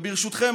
וברשותכם,